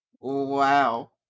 Wow